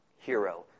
hero